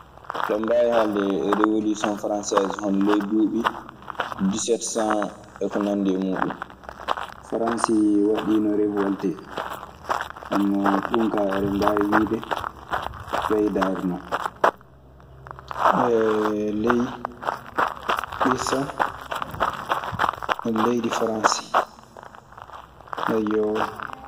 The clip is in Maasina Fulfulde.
Hendem bawi wide e rewolution franseese ,honon ley duuɓi disete san e ko nandi e muuɗun. Faransi waɗiino rewoltee. Nden non, ɗun kaa eɗen mbaawi wiide ɓeydaari non ley ŋissa leydi Faransi. Ayyoo.